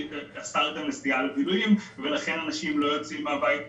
כי אסרתם נסיעה לבילויים ולכן אנשים לא יוצאים מהבית בשבת.